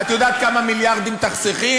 את יודעת כמה מיליארדים תחסכי?